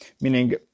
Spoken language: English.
Meaning